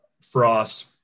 Frost